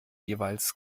jeweils